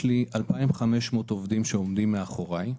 יש לי 2,500 עובדים שעומדים מאחורי,